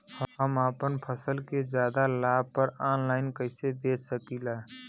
हम अपना फसल के ज्यादा लाभ पर ऑनलाइन कइसे बेच सकीला?